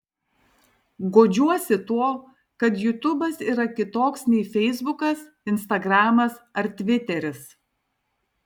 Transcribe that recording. guodžiuosi tuo kad jutubas yra kitoks nei feisbukas instagramas ar tviteris